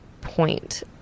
point